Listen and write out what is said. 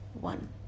one